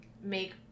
make